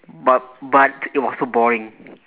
but but it was so boring